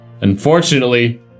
unfortunately